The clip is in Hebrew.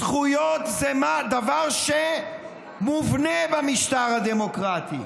זכויות זה דבר שמובנה במשטר הדמוקרטי.